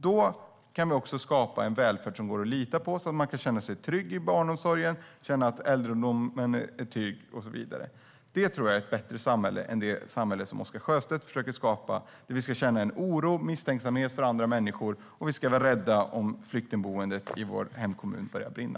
Då kan vi skapa en välfärd som går att lita på, så att man kan känna sig trygg i barnomsorgen, känna att äldreomsorgen är trygg och så vidare. Det tror jag är ett bättre samhälle än det samhälle som Oscar Sjöstedt försöker skapa, där vi ska känna oro och misstänksamhet inför andra människor och vara rädda för att flyktingboendet i vår hemkommun ska börja brinna.